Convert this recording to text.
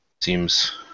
seems